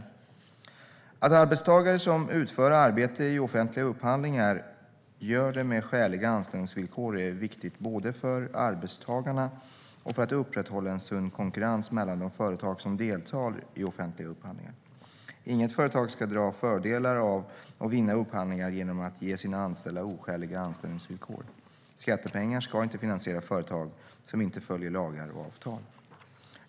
Att arbetstagare som utför arbete i offentliga upphandlingar gör det med skäliga anställningsvillkor är viktigt både för arbetstagarna och för att upprätthålla en sund konkurrens mellan de företag som deltar i offentliga upphandlingar. Inget företag ska dra fördelar av och vinna upphandlingar genom att ge sina anställda oskäliga anställningsvillkor. Skattepengar ska inte finansiera företag som inte följer lagar och avtal.